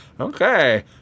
Okay